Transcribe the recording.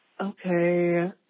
Okay